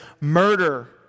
murder